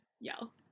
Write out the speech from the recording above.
yell